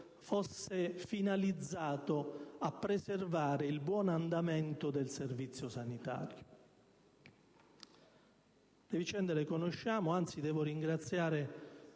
stato finalizzato a preservare il buon andamento del Servizio sanitario. Le vicende le conosciamo. Devo ringraziare